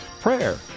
prayer